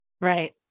Right